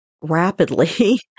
rapidly